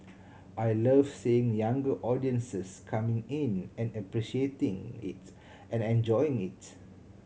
I love seeing younger audiences coming in and appreciating it and enjoying it